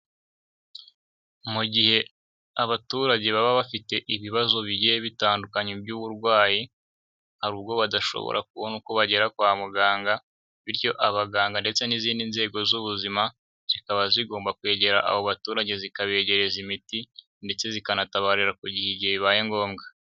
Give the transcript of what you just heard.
Mu gihe abaturage baba bafite ibibazo bigiye bitandukanye by'uburwayi, hari ubwo badashobora kubona uko bagera kwa muganga bityo abaganga ndetse n'izindi nzego z'ubuzima zikaba zigomba kwegera abo baturage zikabegereza imiti ndetse zikanatabarira ku gihe igihe bibaye ngombwa.